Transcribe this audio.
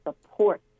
support